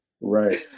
Right